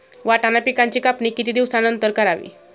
वाटाणा पिकांची कापणी किती दिवसानंतर करावी?